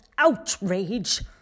Outrage